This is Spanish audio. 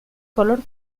color